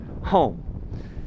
home